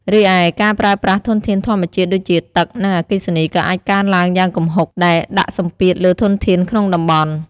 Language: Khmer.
រីឯ ការប្រើប្រាស់ធនធានធម្មជាតិដូចជាទឹក និងអគ្គិសនីក៏អាចកើនឡើងយ៉ាងគំហុក ដែលដាក់សម្ពាធលើធនធានក្នុងតំបន់។